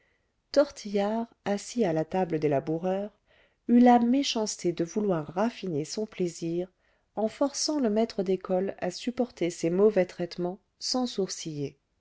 tortillard assis à la table des laboureurs eut la méchanceté de vouloir raffiner son plaisir en forçant le maître d'école à supporter ses mauvais traitements sans sourciller